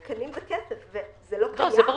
תקנים זה כסף, זה לא קיים, זה פשוט לא קיים.